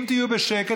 אם תהיו בשקט,